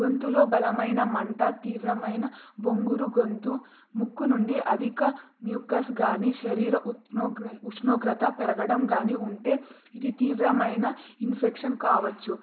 గొంతులో బలమైన మంట తీవ్రమైన బొంగురు గొంతు ముక్కు నుండి అధిక మ్యూకస్ కానీ శరీర ఉత్నొ ఉష్ణోగ్రత పెరగడం కానీ ఉంటే ఇది తీవ్రమైన ఇన్ఫెక్షన్ కావచ్చు